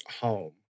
home